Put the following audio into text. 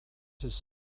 his